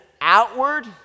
outward